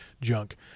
junk